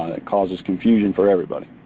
it causes confusion for everybody.